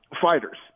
fighters